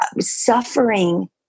suffering